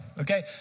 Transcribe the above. okay